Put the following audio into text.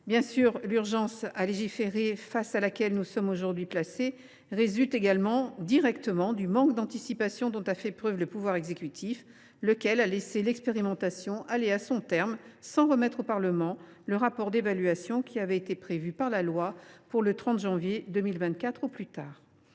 Bien sûr, l’urgence à légiférer face à laquelle nous sommes aujourd’hui placés résulte directement du manque d’anticipation dont a fait preuve le pouvoir exécutif : celui ci a laissé l’expérimentation aller à son terme sans remettre au Parlement le rapport d’évaluation qui avait été prévu dans la loi pour le 30 juin 2024 au plus tard.